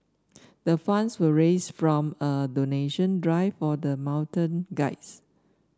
the funds were raised from a donation drive for the mountain guides